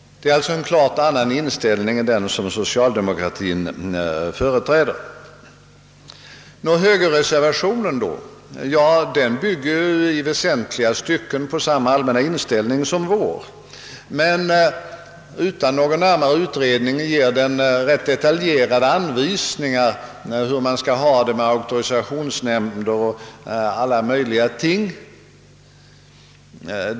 Detta är en helt annan inställning än den som socialdemokratien företräder. Nå, hur är det med högerreservationen i detta stycke? Den bygger i väsentliga avseenden på samma allmänna inställning som vår, men utan någon närmare utredning ger den detaljerade anvisningar om auktorisationsnämnd och alla möjliga andra ting.